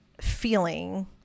feeling